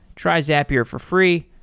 try zapier for free.